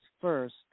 first